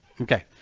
Okay